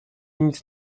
nic